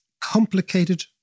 complicated